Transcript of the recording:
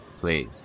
Please